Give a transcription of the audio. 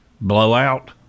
blowout